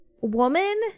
woman